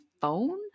phone